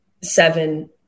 seven